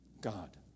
God